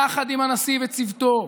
יחד עם הנשיא וצוותו.